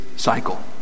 cycle